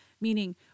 Meaning